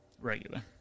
regular